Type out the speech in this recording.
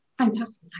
Fantastic